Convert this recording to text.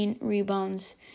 rebounds